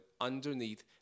underneath